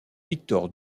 victor